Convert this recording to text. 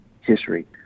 history